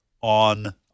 on